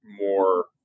more